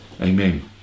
Amen